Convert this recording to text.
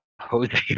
Jose